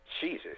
Jesus